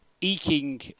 eking